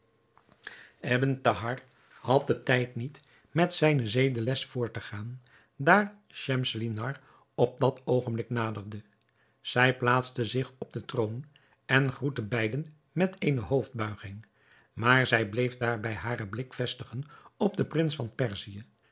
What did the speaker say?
ebn thahar had den tijd niet met zijne zedeles voort te gaan daar schemselnihar op dat oogenblik naderde zij plaatste zich op den troon en groette beiden met eene hoofdbuiging maar zij bleef daarbij haren blik vestigen op den prins van perzië